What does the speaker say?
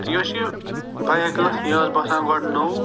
یۄس یہِ بایِک ٲس یہِ ٲس باسان گۄڈٕ نوٚو